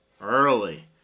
early